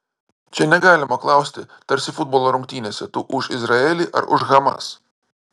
čia negalima klausti tarsi futbolo rungtynėse tu už izraelį ar už hamas